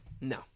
No